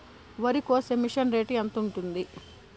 వరికోసే machine rate ఎంత ఉంటుంది?